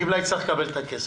הגמלאי צריך לקבל את הכסף.